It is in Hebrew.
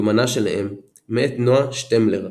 יומנה של אם" מאת נועה שטמלר,